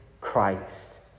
Christ